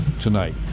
tonight